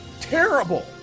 terrible